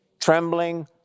trembling